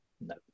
No